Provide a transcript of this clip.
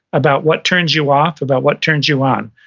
about what turns you off, about what turns you on.